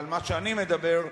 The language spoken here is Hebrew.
ומה שאני מדבר,